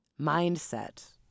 mindset